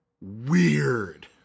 Weird